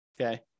okay